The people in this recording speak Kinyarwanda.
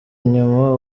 inyuma